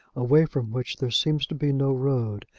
away from which there seems to be no road,